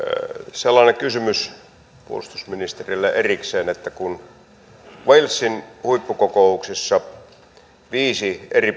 sellainen kysymys puolustusministerille erikseen että kun walesin huippukokouksessa viisi eri